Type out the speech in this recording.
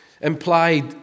implied